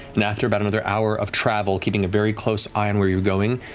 and after about another hour of travel, keeping a very close eye on where you're going,